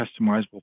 customizable